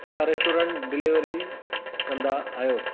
छा restaurant delivery कंदा आहियो